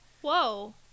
Whoa